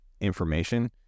information